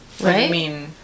right